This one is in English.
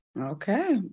Okay